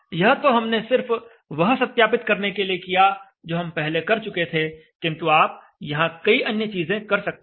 यह तो हमने सिर्फ वह सत्यापित करने के लिए किया जो हम पहले कर चुके थे किंतु आप यहां कई अन्य चीजें कर सकते हैं